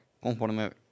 conforme